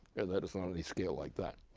that is, not on any scale like that.